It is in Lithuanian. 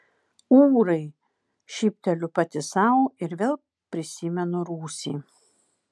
ūrai šypteliu pati sau ir vėl prisimenu rūsį